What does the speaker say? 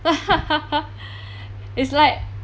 it's like